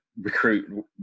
recruit